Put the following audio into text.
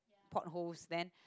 port holes then